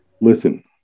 Listen